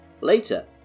Later